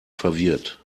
verwirrt